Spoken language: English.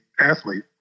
athlete